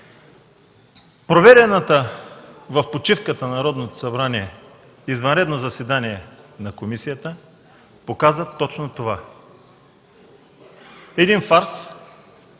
Проведеното в почивката на Народното събрание извънредно заседание на комисията показа точно това – един фарс,